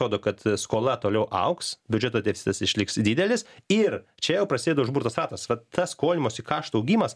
rodo kad skola toliau augs biudžeto deficitas išliks didelis ir čia jau prasideda užburtas ratas vat tas skolinimosi kaštų augimas